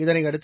இதனையடுத்து